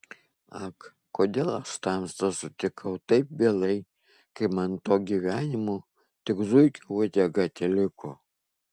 ak kodėl aš tamstą sutikau taip vėlai kai man to gyvenimo tik zuikio uodega teliko